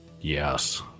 Yes